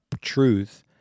truth